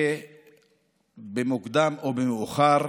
ושבמוקדם או במאוחר